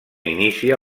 inicia